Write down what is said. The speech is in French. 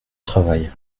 travail